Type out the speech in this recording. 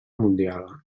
mundial